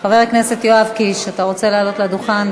אתה רוצה לעלות לדוכן?